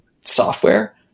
software